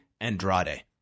Andrade